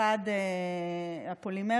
חד-פולימר